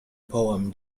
poem